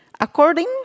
According